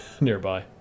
nearby